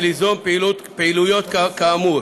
ליזום פעילויות כאמור